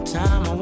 time